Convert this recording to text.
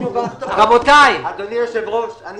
אדוני היושב, אתה תקבל תשובה.